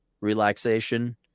relaxation